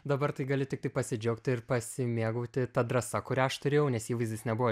dabar tai galiu tiktai pasidžiaugti ir pasimėgauti ta drąsa kurią aš turėjau nes įvaizdis nebuvo